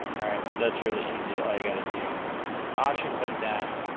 alright? so, that's really easy, all you gotta do is option click that,